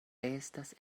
estas